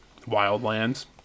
Wildlands